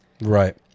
Right